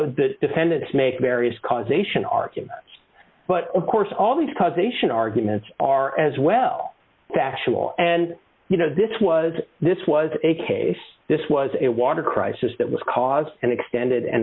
the defendants make various causation arguments but of course all these causation arguments are as well factual and you know this was this was a case this was a water crisis that was caused and extended and